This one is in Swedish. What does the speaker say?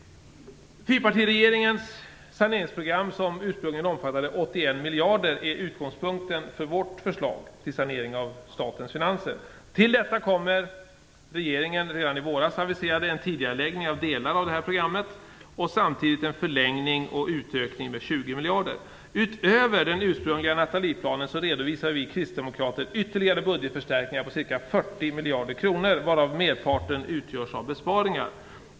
Fyrpartiregeringens saneringsprogram, som ursprungligen omfattade 81 miljarder, är utgångspunkten för vårt förslag när det gäller statens finanser. Till detta kommer att regeringen redan i våras aviserade en tidigareläggning av delar av detta program. Samtidigt aviserade man en förlängning och en utökning med 20 miljarder. Utöver den ursprungliga Nathalieplanen redovisar vi kristdemokrater ytterligare budgetförstärkningar på ca 40 miljarder kronor, varav merparten utgörs av besparingar.